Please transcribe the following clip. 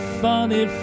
funny